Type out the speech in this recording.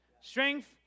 Strength